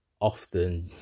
Often